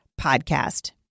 podcast